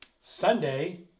Sunday